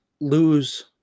lose